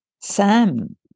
Sam